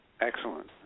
Excellent